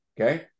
Okay